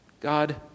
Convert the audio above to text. God